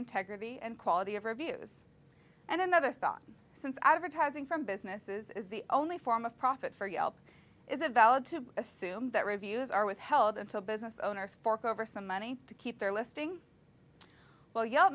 integrity and quality of reviews and another thought since advertising from businesses is the only form of profit for yelp is it valid to assume that reviews are withheld until business owners fork over some money to keep their listing well y